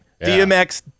DMX